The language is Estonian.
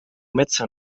metsa